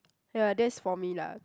ya that's for me lah